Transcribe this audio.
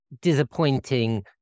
disappointing